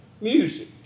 music